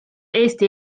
eesti